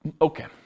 Okay